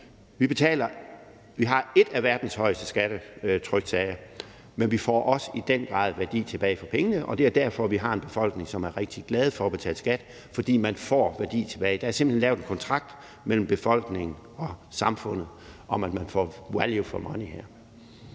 vi har et af verdens højeste skattetryk, sagde jeg, men vi får også i den grad værdi tilbage for pengene, og det er derfor, vi har en befolkning, som er rigtig glad for at betale skat, altså fordi man får værdi tilbage. Der er simpelt hen lavet en kontrakt mellem befolkningen og samfundet om, at man får value for money her.